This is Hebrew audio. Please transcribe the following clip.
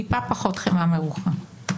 טיפה פחות חמאה מרוחה.